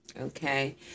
okay